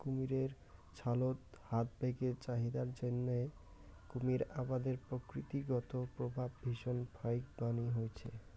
কুমীরের ছালত হাত ব্যাগের চাহিদার জইন্যে কুমীর আবাদের প্রকৃতিগত প্রভাব ভীষণ ফাইকবানী হইচে